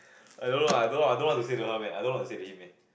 I don't know I don't want I don't want to say to her man I don't want to say to him leh